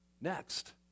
Next